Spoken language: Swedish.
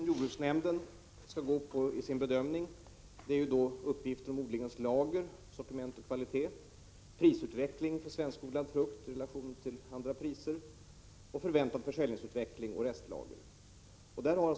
Herr talman! De kriterier som jordbruksnämnden använder i sina bedömningar är: uppgifter om odlingens lager, sortiment och kvalitet, prisutvecklingen för svenskodlad frukt i relation till prisutvecklingen för annan frukt, förväntad försäljningsutveckling och restlager.